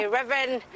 Reverend